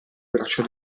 braccio